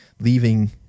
leaving